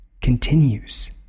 continues